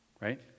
right